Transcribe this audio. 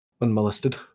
unmolested